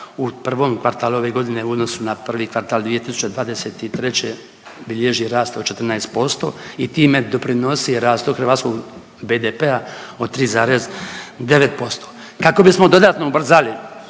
u prvom kvartalu ove godine u odnosu na prvi kvartal 2023. bilježi rast od 14% i time doprinosi rastu hrvatskog BDP-a od 3,9%. Kako bismo dodatno ubrzali